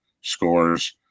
scores